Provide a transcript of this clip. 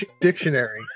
Dictionary